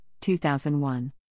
2001